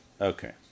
Okay